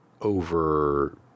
over